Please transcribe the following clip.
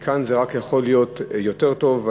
מכאן זה רק יכול להיות יותר טוב,